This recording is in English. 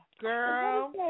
Girl